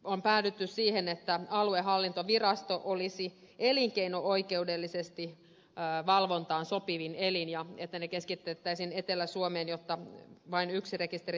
on päädytty siihen että aluehallintovirasto olisi elinkeino oikeudellisesti valvontaan sopivin elin ja että rekisteri keskitettäisiin etelä suomeen jotta vain yksi rekisteri tarvitsisi perustella